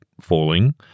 falling